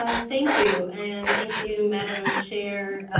ah thank you and thank you madam chair,